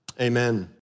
Amen